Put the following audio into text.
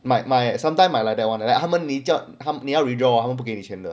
might my sometime might like that one like 他们你叫他你要 withdraw hor 他们不给你钱的